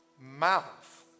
mouth